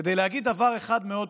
כדי להגיד דבר אחד מאוד פשוט: